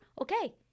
Okay